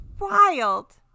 wild